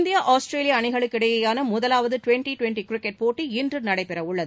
India Australia அணிகளுக்கிடையேயான முதவாவது twenty twenty cricket போட்டி இன்று நடைபெறவுள்ளது